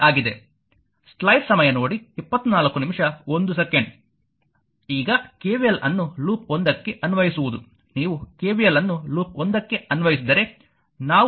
ಈಗ KVL ಅನ್ನು loop 1 ಕ್ಕೆ ಅನ್ವಯಿಸುವುದು ನೀವು KVL ಅನ್ನು ಲೂಪ್ 1 ಕ್ಕೆ ಅನ್ವಯಿಸಿದರೆ ನಾವು ಹೇಳಿದ ಹಲವಾರು ವಿಷಯಗಳು